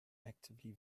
actively